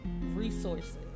resources